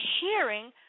hearing